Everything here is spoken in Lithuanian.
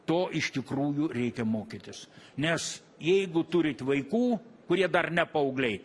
to iš tikrųjų reikia mokytis nes jeigu turit vaikų kurie dar ne paaugliai